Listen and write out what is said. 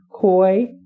koi